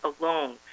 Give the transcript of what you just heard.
alone